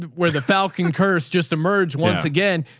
where the falcon curse just emerge once again.